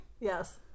Yes